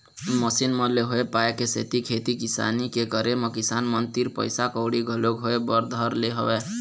machine मन ले होय पाय के सेती खेती किसानी के करे म किसान मन तीर पइसा कउड़ी घलोक होय बर धर ले हवय